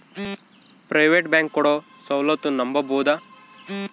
Private bank ಕೊಡೊ ಸೌಲತ್ತು ನಂಬಬೋದ?